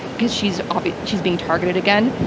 because she's ah she's being targeted again.